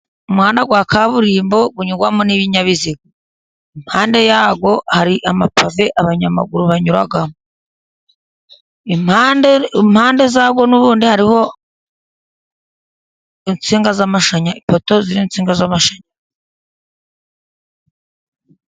Umuhanda wa kaburimbo unyurwamo n'ibinyabiga. Impande yawo hari amapave abanyamaguru banyuramo, impande zawo n'ubundi hariho ipoto ziriho insinga z'amashanyarazi.